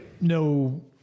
No